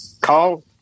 call